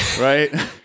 right